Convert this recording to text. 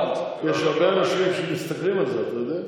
יש הרבה אנשים שמסתכלים על זה, אתה יודע?